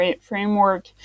framework